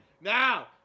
now